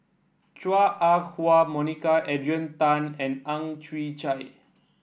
Chua Ah Huwa Monica Adrian Tan and Ang Chwee Chai